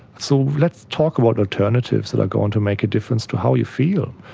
so let's talk about alternatives that are going to make a difference to how you feel.